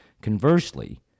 conversely